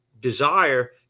desire